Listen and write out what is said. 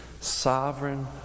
sovereign